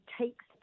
takes